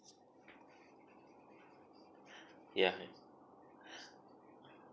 ya